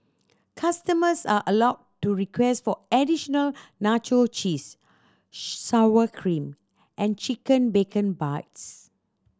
customers are allowed to request for additional nacho cheese sour cream and chicken bacon bits